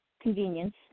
convenience